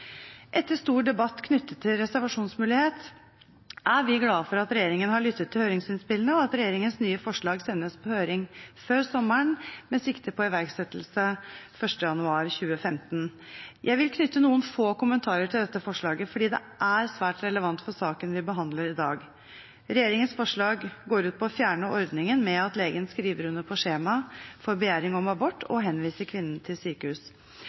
Etter stor debatt knyttet til reservasjonsmulighet er vi glade for at regjeringen har lyttet til høringsinnspillene, og at regjeringens nye forslag sendes på høring før sommeren med sikte på iverksettelse 1. januar 2015. Jeg vil knytte noen få kommentarer til dette forslaget, fordi det er svært relevant for saken vi behandler i dag. Regjeringens forslag går ut på å fjerne ordningen med at legen skriver under på skjemaet for begjæring om abort og henviser kvinnen til sykehus.